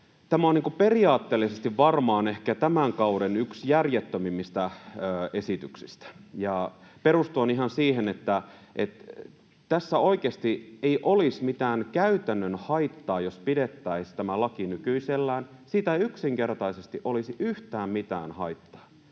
kuin periaatteellisesti varmaan ehkä tämän kauden yksi järjettömimmistä esityksistä perustuen ihan siihen, että tässä oikeasti ei olisi mitään käytännön haittaa, jos pidettäisiin tämä laki nykyisellään — siitä ei yksinkertaisesti olisi yhtään mitään haittaa.